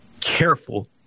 careful